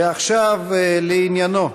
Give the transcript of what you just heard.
ועכשיו לענייננו.